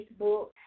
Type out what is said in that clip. Facebook